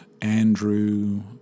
Andrew